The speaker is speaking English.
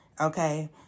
okay